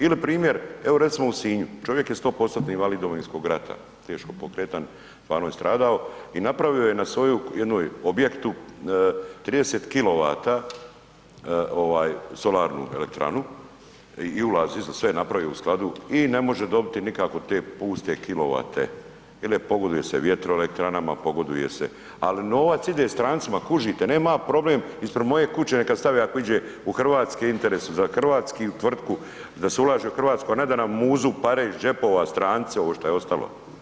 Ili primjer, evo recimo u Sinju, čovjek je 100%-tni invalid Domovinskog rata, teško pokretan, stvarno je stradao i napravio je na svojem jednom objektu 30 kilovata solarnu elektranu i ulaz, izlaz, sve je napravio u skladu i ne može dobiti nikako te puste kilovate jer pogoduje se vjetroelektranama, pogoduje se ali novac ide strancima, kužite, nemam ja problem ispred moje kuće neka stave ako ide u hrvatske interese, za hrvatsku tvrtku, da se ulaže u Hrvatsku a ne da nam muzu pare iz džepova stranci ovo što je ostalo.